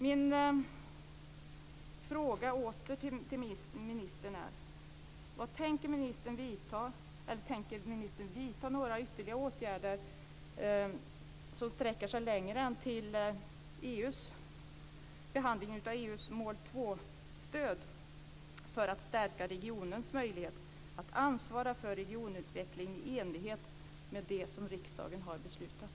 Min fråga till ministern är: Tänker ministern vidta några ytterligare åtgärder som sträcker sig längre än till behandlingen av EU:s mål 2-stöd för att stärka regionens möjlighet att ansvara för regionutveckling i enlighet med det som riksdagen har beslutat?